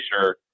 sure